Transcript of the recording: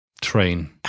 train